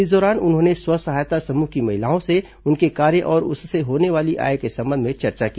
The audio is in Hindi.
इस दौरान उन्होंने स्व सहायता समूह की सदस्यों से उनके कार्य और उससे होने वाली आय के संबंध में चर्चा की